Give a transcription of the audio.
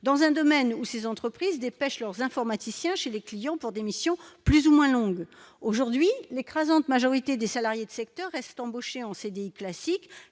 dans un domaine où ces entreprises dépêchent leurs informaticiens chez les clients pour des missions plus ou moins longue aujourd'hui l'écrasante majorité des salariés de secteur Est embauchés en CDI classique